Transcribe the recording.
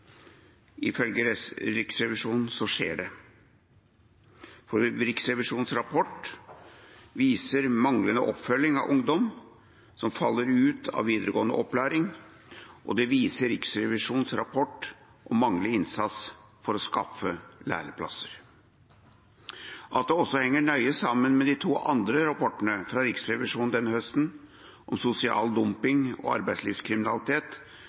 Ifølge Riksrevisjonen skjer det. Riksrevisjonens rapport viser manglende oppfølging av ungdom som faller ut av videregående opplæring, og manglende innsats for å skaffe læreplasser. At dette også henger nøye sammen med de to andre rapportene fra Riksrevisjonen denne høsten, om sosial dumping og arbeidslivskriminalitet, skal jeg ikke gå noe særlig inn på nå, annet enn å si at sosial dumping og arbeidslivskriminalitet